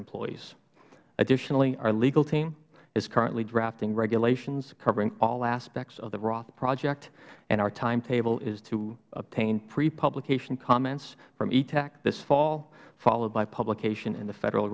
employees additionally our legal team is currently drafting regulations covering all aspects of the roth project and our timetable is to obtain three publication comments from etac this fall followed by publication in the federal